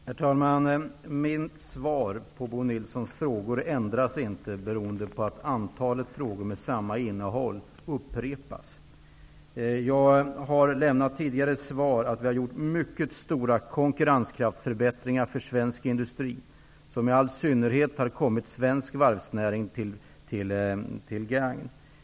Herr talman! Mitt svar på Bo Nilssons frågor ändras inte av att ett antal frågor med samma innehåll upprepas. Jag har tidigare lämnat svar, att vi har gjort mycket stora konkurrenskraftsförbättringar för svensk industri som i all synnerhet har gagnat svensk varvsnäring.